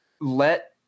let